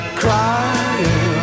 crying